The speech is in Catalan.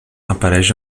apareix